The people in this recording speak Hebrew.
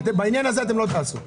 בעניין הזה אתם לא תעשו,